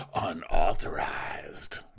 Unauthorized